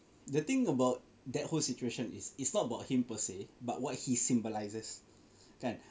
the thing about that whole situation is it's not about him per se but what he symbolizes kan